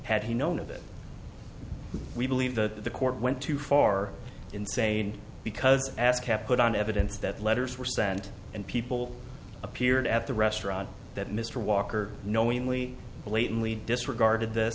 had he known of it we believe that the court went too far in saying because ascap put on evidence that letters were sent and people appeared at the restaurant that mr walker knowingly blatantly disregarded th